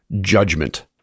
judgment